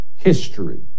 history